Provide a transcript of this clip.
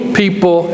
people